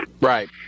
right